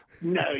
No